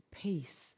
peace